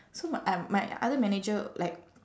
so my um my other manager like